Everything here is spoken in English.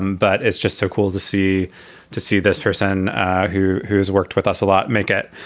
um but it's just so cool to see to see this person who who has worked with us a lot. make it.